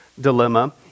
dilemma